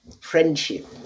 friendship